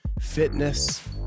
fitness